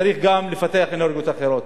צריך גם לפתח אנרגיות אחרות.